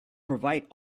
provide